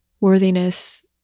worthiness